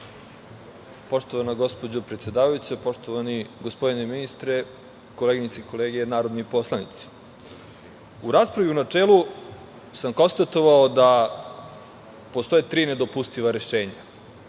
Poštovana gospođo predsedavajuća, poštovani gospodine ministre, koleginice i kolege narodni poslanici, u raspravi u načelu sam konstatovao da postoje tri nedopustiva rešenja.